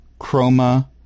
Chroma